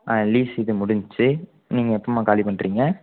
அந்த லீஸ் இது முடிஞ்சிச்சு நீங்கள் எப்போம்மா காலி பண்ணுறீங்க